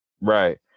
Right